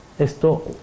Esto